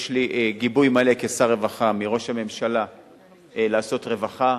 יש לי גיבוי מלא כשר רווחה מראש הממשלה לעשות רווחה,